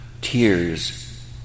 tears